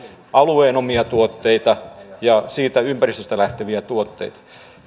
alueen omia tuotteita ja siitä ympäristöstä lähteviä tuotteita